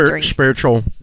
spiritual